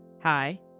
Hi